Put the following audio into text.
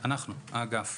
אנחנו, האגף.